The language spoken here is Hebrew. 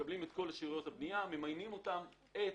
מקבלים את כל שאריות הבנייה, ממיינים אותן עץ,